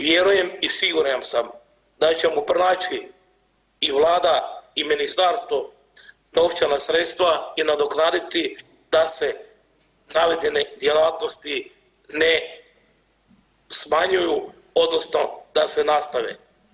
Vjerujem i siguran sam da ćemo pronaći i Vlada i ministarstvo novčana sredstva i nadoknaditi da se navedene djelatnosti ne smanjuju odnosno da se nastave.